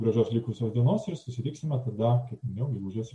gražios likusios dienos ir susitiksime tada kaip minėjau gegužės